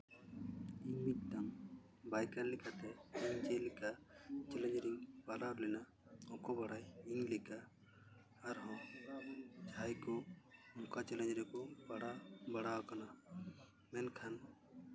ᱤᱧ ᱢᱤᱫᱴᱟᱱ ᱵᱟᱭᱠᱟᱨᱞᱤ ᱠᱟᱛᱮᱫ ᱤᱧ ᱪᱮᱫ ᱞᱮᱠᱟ ᱪᱮᱞᱮᱧᱡᱽ ᱨᱤᱧ ᱯᱟᱲᱟᱣ ᱞᱮᱱᱟ ᱚᱠᱚᱭ ᱵᱟᱲᱟᱭ ᱤᱧ ᱞᱮᱠᱟ ᱟᱨᱦᱚᱸ ᱡᱟᱦᱟᱸᱭ ᱠᱚ ᱚᱱᱠᱟ ᱪᱮᱞᱮᱧᱡᱽ ᱨᱮᱠᱚ ᱯᱟᱲᱟᱣ ᱵᱟᱲᱟ ᱟᱠᱟᱱᱟ ᱢᱮᱱᱠᱷᱟᱱ